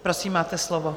Prosím, máte slovo.